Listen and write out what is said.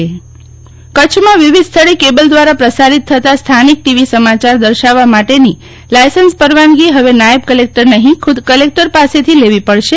cable license કચ્છમાં વિવિધ સ્થળે કેબલ દ્વારા પ્રસારિત થતા સ્થાનિક ટીવી સમાચાર દર્શાવવા માટેની લાયસન્સ પરવાનગી ફવે નાયબ કલેક્ટર નફીં ખુદ કલેક્ટર પાસેથી લેવી પડશે